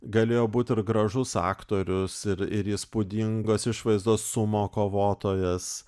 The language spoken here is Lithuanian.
galėjo būt ir gražus aktorius ir ir įspūdingos išvaizdos sumo kovotojas